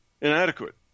inadequate